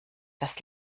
das